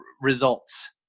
results